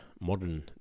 modern